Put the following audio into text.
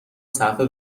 صفحه